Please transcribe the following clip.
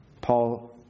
Paul